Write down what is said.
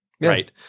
right